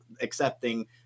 accepting